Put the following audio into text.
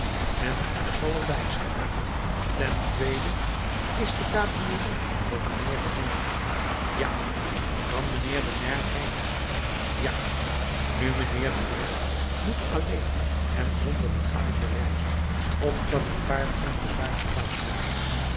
men zal er bij zijn ten tweede is de cabriolet voor mijnheer den maire ja kan mijnheer de maire rijden ja nu mijnheer de maire moet alleen en zonder bagage reizen opdat het paard geen te zware vracht hebbe